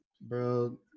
Bro